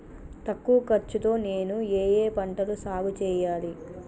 తక్కువ ఖర్చు తో నేను ఏ ఏ పంటలు సాగుచేయాలి?